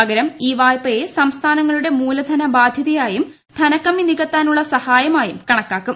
പകരം ഈ വായ്പയെ സംസ്ഥാനങ്ങളുടെ മൂലധന ബാധ്യതയായും ധനകമ്മി നികത്താനുള്ള സഹായമായും കണക്കാക്കും